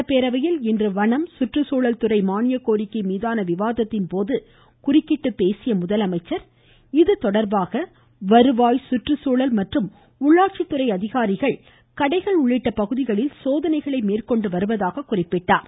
சட்டப்பேரவையில் இன்ற வனம் மற்றும் சுற்றுச்சூழல் துறை மாயனியக் கோரிக்கை மீதான விவாதத்தின்போது குறுக்கிட்டு பேசிய முதலமைச்சர் இது தொடர்பாக வருவாய் சுற்றுச்சூழல் மற்றும் உள்ளாட்சித்துறை அதிகாரிகள் கடைகள் உள்ளிட்ட பகுதிகளில் சோதனை மேற்கொண்டு வருவதாகக் கூறினார்